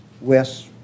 West